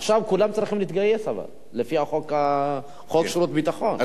עכשיו כולם צריכים להתגייס, לפי חוק שירות ביטחון.